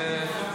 אבל ברשותך,